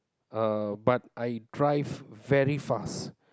uh but I drive very fast